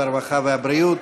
הרווחה והבריאות,